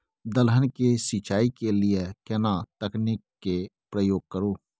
दलहन के सिंचाई के लिए केना तकनीक के प्रयोग करू?